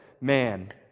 man